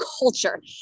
culture